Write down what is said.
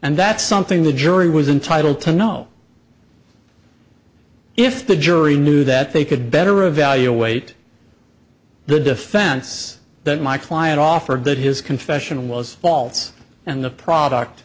and that's something the jury was entitled to know if the jury knew that they could better evaluate the defense that my client offered that his confession was faults and the product